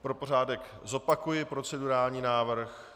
Pro pořádek zopakuji procedurální návrh.